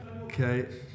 Okay